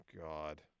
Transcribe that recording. God